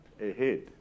ahead